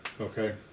Okay